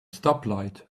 stoplight